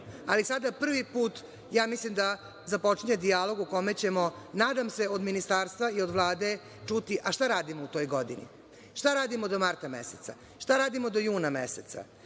Ali, sada prvi put ja mislim da započinje dijalog u kome ćemo, nadam se, od ministarstva i od Vlade, čuti – a šta radimo u toj godini? Šta radimo do marta meseca? Šta radimo do juna meseca?